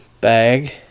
bag